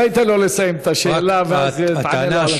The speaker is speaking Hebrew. אולי תיתן לסיים את השאלה ואז תענה לו על הכול.